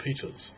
Peter's